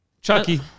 Chucky